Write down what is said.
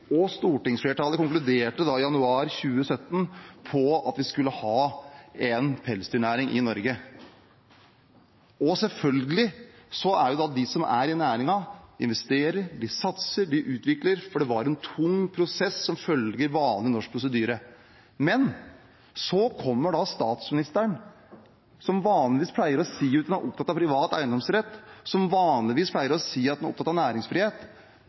Stortinget. Stortingsflertallet konkluderte i januar 2017 med at vi skulle ha en pelsdyrnæring i Norge. Selvfølgelig investerer de som er i næringen, de satser, de utvikler, for det var en tung prosess som følger vanlig norsk prosedyre. Men så kommer statsministeren, som vanligvis pleier å si at hun er opptatt av privat eiendomsrett, som vanligvis pleier å si at hun er opptatt av næringsfrihet,